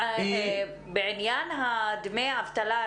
בעניין דמי האבטלה.